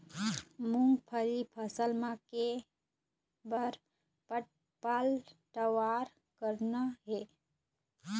मूंगफली फसल म के बार पलटवार करना हे?